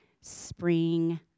spring